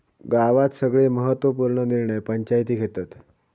गावात सगळे महत्त्व पूर्ण निर्णय पंचायती घेतत